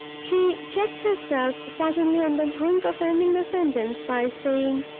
she checked herself suddenly, on the brink of ending the sentence by saying,